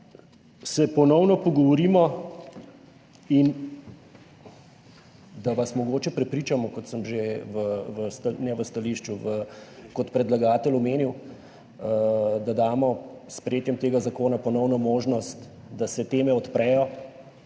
se ponovno pogovorimo in da vas mogoče prepričamo, kot sem že v stališču kot predlagatelj omenil, da damo s sprejetjem tega zakona ponovno možnost, da se teme odprejo,